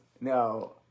No